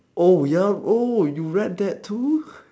oh ya oh you read that too